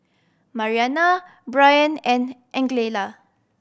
Mariana Bryant and Angella